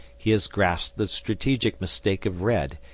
he has grasped the strategic mistake of red,